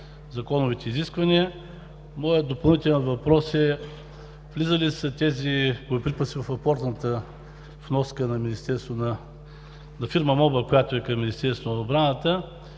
законовите изисквания. Моят допълнителен въпрос е: влизали ли са тези боеприпаси в апортната вноска на фирма „МОБА“, която е към Министерството на отбраната,